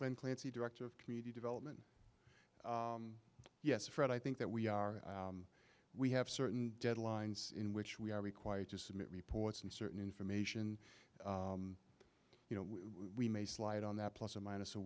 clint clancy director of community development yes fred i think that we are we have certain deadlines in which we are required to submit reports and certain information you know we may slide on that plus or minus a